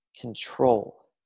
control